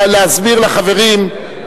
להסביר לחברים,